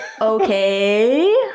Okay